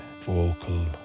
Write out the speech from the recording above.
vocal